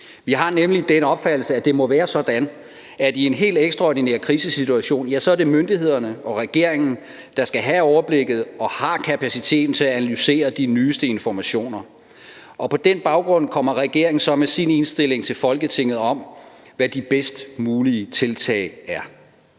Vi har nemlig den opfattelse, at det må være sådan, at i en helt ekstraordinær krisesituation er det myndighederne og regeringen, der skal have overblikket og har kapaciteten til at analysere de nyeste informationer. På den baggrund kommer regeringen så med sin indstilling til Folketinget om, hvad de bedst mulige tiltag er.